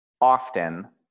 often